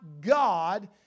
God